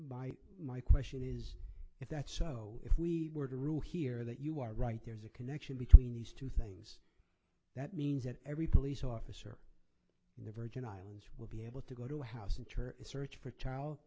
my my question is if that's so if we were to rule here that you are right there is a connection between these two things that means that every police officer in the virgin islands will be able to go to house and search for child